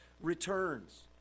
returns